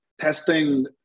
testing